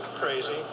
crazy